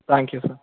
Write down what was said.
thank you sir